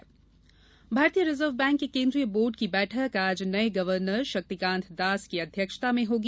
reserve bank भारतीय reserve bank के केन्द्रीय बोर्ड की बैठक आज नये गवर्नर शक्तिकांत दास की अध्यक्षता में होगी